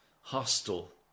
hostile